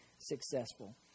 successful